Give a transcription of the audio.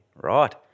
right